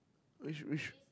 which which